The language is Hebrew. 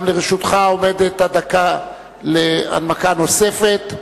גם לרשותך עומדת הדקה להנמקה נוספת.